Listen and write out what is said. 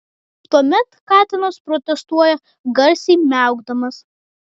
tuomet katinas protestuoja garsiai miaukdamas